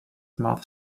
mouth